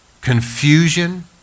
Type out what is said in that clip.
confusion